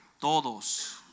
todos